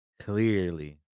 Clearly